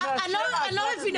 אני לא מבינה,